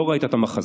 לא ראית את המחזה.